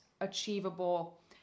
achievable